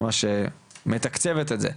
ממש מתקצבת את זה.